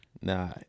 Nah